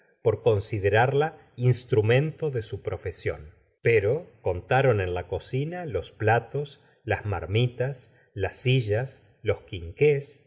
por considerarla instrl mento de su pl'o csicm pero contaron en la cocina los platos las marmitas las silla s los